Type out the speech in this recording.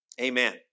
Amen